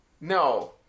no